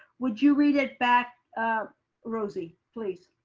would you read it back rosy, please.